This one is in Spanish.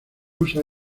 usa